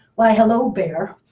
why, hello bear.